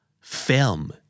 Film